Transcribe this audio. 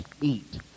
eat